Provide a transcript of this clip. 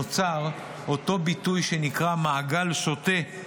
נוצר אותו ביטוי שנקרא "'מעגל שוטה",